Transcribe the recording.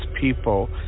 people